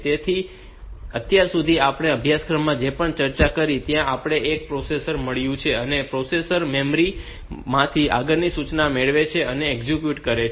તેથી અત્યાર સુધી આપણે આ અભ્યાસક્રમમાં જે પણ ચર્ચા કરી છે ત્યાં આપણને એક પ્રોસેસર મળ્યું છે અને પ્રોસેસર મેમરી માંથી આગળની સૂચના મેળવે છે અને તેને એક્ઝિક્યુટ કરે છે